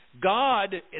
God